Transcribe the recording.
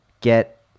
get